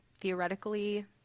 theoretically